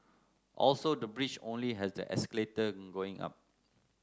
also the bridge only has the escalator going up